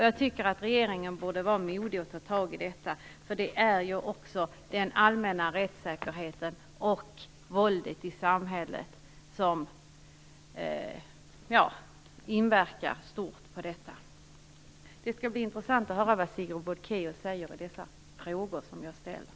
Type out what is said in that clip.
Jag tycker att regeringen borde vara modig och ta tag i detta, för det inverkar stort också på den allmänna rättssäkerheten och våldet i samhället. Det skall bli intressant att höra vad Sigrid Bolkéus säger med anledning av de frågor jag har ställt.